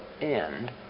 end